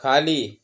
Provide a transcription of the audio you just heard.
खाली